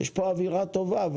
יש פה אווירה טובה,